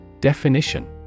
Definition